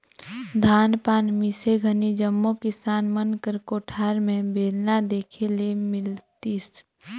धान पान मिसे घनी जम्मो किसान मन कर कोठार मे बेलना देखे ले मिलतिस